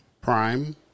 Prime